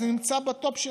נמצא זה בטופ,